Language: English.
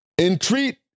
entreat